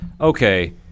okay